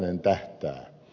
räsänen tähtää